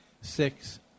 six